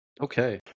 Okay